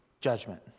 judgment